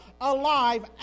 alive